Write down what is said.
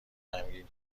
غمگین